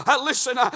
Listen